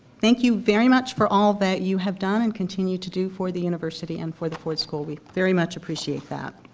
thank you very much for all that you have done and continue to do for the university and for the ford school, we very much appreciate that.